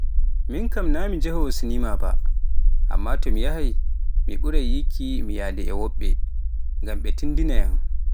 Miin kam naa mi jahoowo siniima ba, ammaa to mi yahay, mi ɓuray yikki mi yahda e woɓɓe, ngam ɓe tinndina yam.